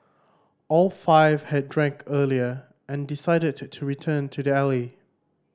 all five had drank earlier and decided to return to the alley